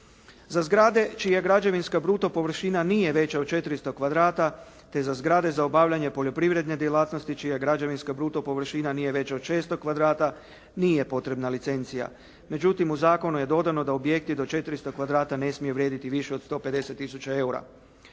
Za zgrade čija građevinska bruto površina nije veća od 400 kvadrata te za zgrade za obavljanje poljoprivredne djelatnosti čija građevinska bruto površina nije veća od 600 kvadrata, nije potrebna licencija. Međutim, u zakonu je dodano da objekti do 400 kvadrata ne smiju vrijediti više od 150 tisuća eura.